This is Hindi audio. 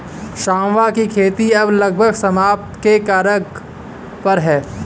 सांवा की खेती अब लगभग समाप्ति के कगार पर है